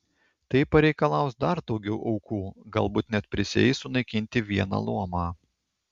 tai pareikalaus dar daugiau aukų galbūt net prisieis sunaikinti vieną luomą